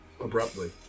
abruptly